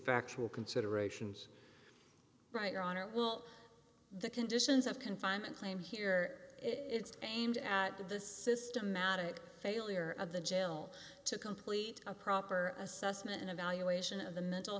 factual considerations right your honor well the conditions of confinement claim here it's aimed at the systematic failure of the jail to complete a proper assessment and evaluation of the mental